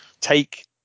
Take